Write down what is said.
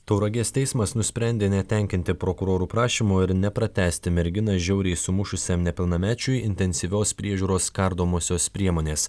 tauragės teismas nusprendė netenkinti prokurorų prašymo ir nepratęsti merginą žiauriai sumušusiam nepilnamečiui intensyvios priežiūros kardomosios priemonės